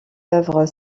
œuvres